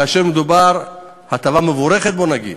כאשר מדובר בהטבה מבורכת, בואו נגיד,